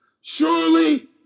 Surely